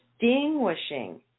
distinguishing